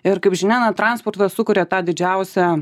ir kaip žinia na transportas sukuria tą didžiausią